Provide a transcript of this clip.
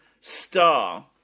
star